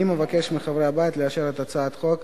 אני מבקש מחברי הבית לאשר את הצעת החוק,